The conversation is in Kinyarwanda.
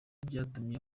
byatumye